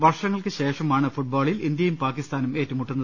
വർഷങ്ങൾക്കു ശേഷമാണ് ഫുട്ബോളിൽ ഇന്ത്യയും പാകിസ്താനും ഏറ്റുമുട്ടുന്നത്